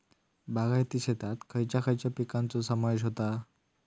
बागायती शेतात खयच्या खयच्या पिकांचो समावेश होता?